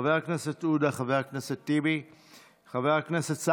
חבר הכנסת עודה, חבר הכנסת טיבי.